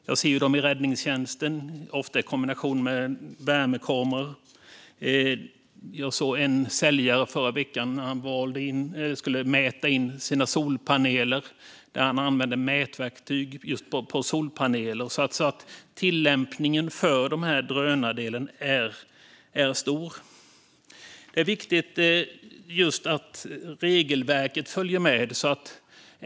Jag ser dem i räddningstjänsten, ofta i kombination med värmekameror. Jag såg en säljare i förra veckan som mätte solpaneler. Han använde då ett mätverktyg för det. Det finns alltså en stor tillämpning när det gäller drönare. Det är viktigt att regelverket följer med.